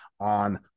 on